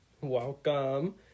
welcome